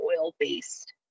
oil-based